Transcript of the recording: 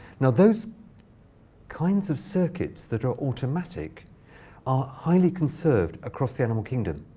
now, those kinds of circuits that are automatic are highly conserved across the animal kingdom.